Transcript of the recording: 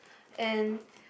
and